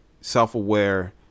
self-aware